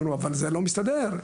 אבל זה לא הסתדר.